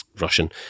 Russian